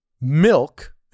Milk